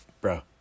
bro